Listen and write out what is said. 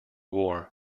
war